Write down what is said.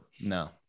No